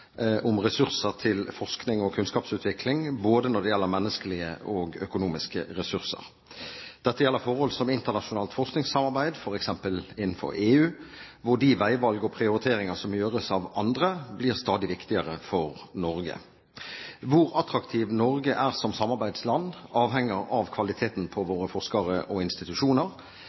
om ressurser til forskning og kunnskapsutvikling, både når det gjelder menneskelige og økonomiske ressurser. Dette gjelder forhold som internasjonalt forskningssamarbeid, f.eks. innenfor EU, hvor de veivalg og prioriteringer som gjøres av andre, blir stadig viktigere for Norge. Hvor attraktivt Norge er som samarbeidsland, avhenger av kvaliteten på våre forskere og institusjoner,